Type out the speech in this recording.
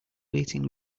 waiting